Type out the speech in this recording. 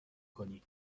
کنی